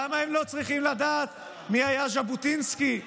למה הם לא צריכים לדעת מי היו ז'בוטינסקי ובן-גוריון?